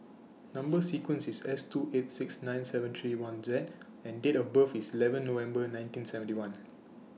Number sequence IS S two eight six nine seven three one Z and Date of birth IS eleven November nineteen seventy one